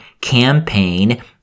campaign